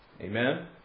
Amen